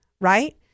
right